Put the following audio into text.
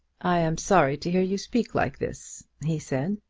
i am sorry to hear you speak like this, he said.